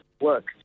work